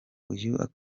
uyu